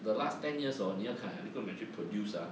the last ten years hor 你要看 eh atletico madrid produced ah